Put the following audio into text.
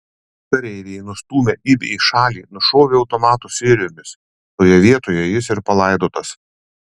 kareiviai nustūmę ibį į šalį nušovė automatų serijomis toje vietoje jis ir palaidotas